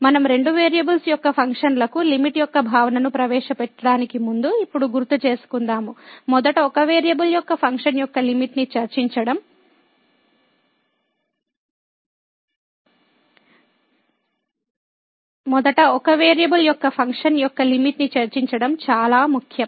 మనం రెండు వేరియబుల్స్ యొక్క ఫంక్షన్లకు లిమిట్ యొక్క భావనను ప్రవేశపెట్టడానికి ముందు ఇప్పుడు గుర్తు చేసుకుందాము మొదట ఒక వేరియబుల్ యొక్క ఫంక్షన్ యొక్క లిమిట్ ని చర్చించడం చాలా ముఖ్యం